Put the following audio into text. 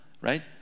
right